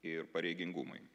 ir pareigingumui